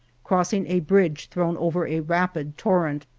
crossing a bridge thrown over a rapid torrent.